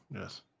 Yes